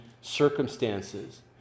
circumstances